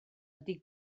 ydy